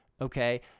okay